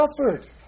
suffered